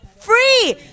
free